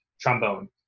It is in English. trombone